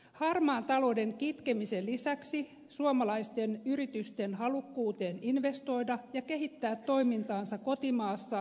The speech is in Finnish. harmaan talouden kitkemisen lisäksi suomalaisten yritysten halukkuuteen investoida ja kehittää toimintaansa kotimaassa täytyy panostaa